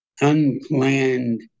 unplanned